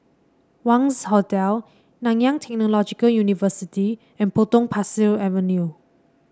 Wangz Hotel Nanyang Technological University and Potong Pasir Avenue